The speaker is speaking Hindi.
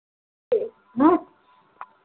हाँ